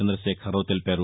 చంద్రశేఖరరావు తెలిపారు